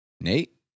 Nate